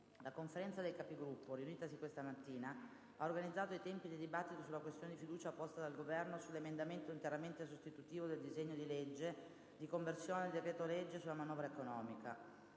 la Conferenza dei Capigruppo, riunitasi questa mattina, ha organizzato i tempi del dibattito sulla questione di fiducia posta dal Governo sull'emendamento interamente sostitutivo del disegno di legge di conversione del decreto-legge sulla manovra economica.